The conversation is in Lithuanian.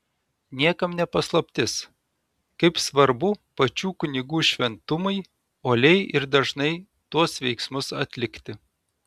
niekam ne paslaptis kaip svarbu pačių kunigų šventumui uoliai ir dažnai tuos veiksmus atlikti